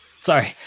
sorry